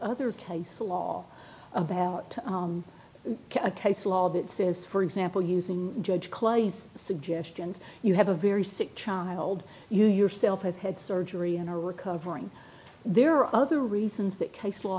another case law about a case law that says for example using judge clay's suggestions you have a very sick child you yourself have had surgery and are recovering there are other reasons that case law